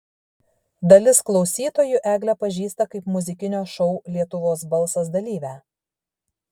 dalis klausytojų eglę pažįsta kaip muzikinio šou lietuvos balsas dalyvę